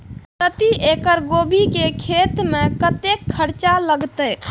प्रति एकड़ गोभी के खेत में कतेक खर्चा लगते?